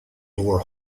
lower